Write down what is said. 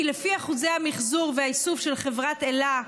כי לפי אחוזי המחזור והאיסוף של חברת אל"ה,